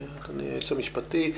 אדוני היועץ המשפטי?